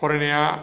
फरायनाया